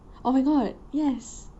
oh my god yes